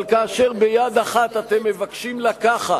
אבל כאשר ביד אחת אתם מבקשים לקחת,